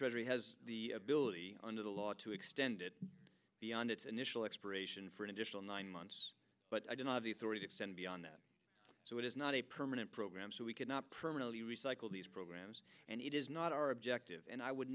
treasury has the ability under the law to extend it and its initial expiration for an additional nine months but i do not have the authority to extend beyond that so it is not a permanent program so we cannot permanently recycle these programs and it is not our objective and i would